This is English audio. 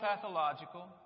pathological